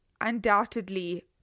undoubtedly